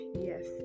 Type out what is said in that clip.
yes